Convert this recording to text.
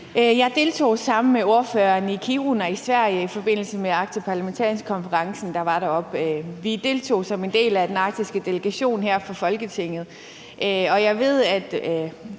Jeg deltog sammen med ordføreren i Kiruna i Sverige i den konference for arktiske parlamentarikere, der var deroppe. Vi deltog som en del af Den Arktiske Delegation her fra Folketinget,